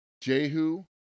Jehu